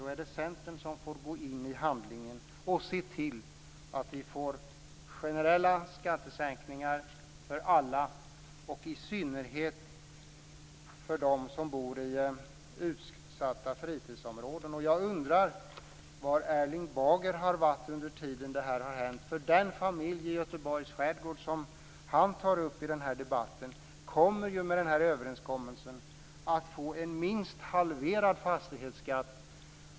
Då är det Centern som får gå in i handlingen och se till att det blir generella skattesänkningar för alla och i synnerhet för dem som bor i utsatta fritidshusområden. Jag undrar var Erling Bager har varit under tiden som detta har hänt, för den familj i Göteborgs skärgård som han tar upp i den här debatten kommer ju med den här överenskommelsen att få en minst halverad fastighetsskatt.